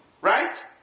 Right